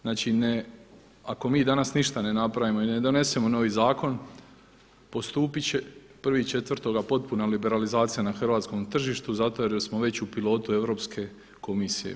Znači ne, ako mi danas ništa ne napravimo i ne donesemo novi zakon postupit će 1.4. potpuna liberalizacija na hrvatskom tržištu zato jer smo već u pilotu Europske komisije.